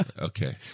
okay